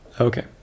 Okay